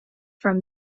from